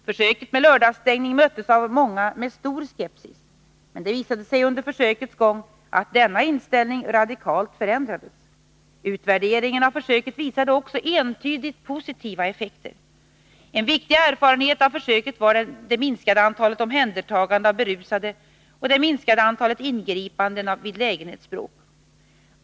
Försöket med lördagsstängning möttes av många med stor skepsis, men det visade sig under försökets gång att denna inställning radikalt förändrades. Utvärderingen av försöket visade också entydigt positiva effekter. En viktig erfarenhet av försöket var det minskade antalet omhändertaganden av berusade och det minskade antalet ingripanden vid lägenhetsbråk.